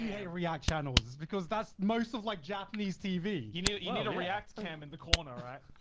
you hate react channels. because that's most of like japanese tv. you need you need a react cam in the corner, right?